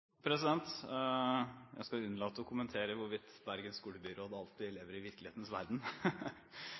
Jeg skal unnlate å kommentere hvorvidt Bergens skolebyråd alltid lever i virkelighetens verden